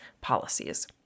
policies